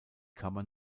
kammer